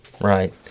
Right